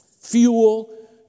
fuel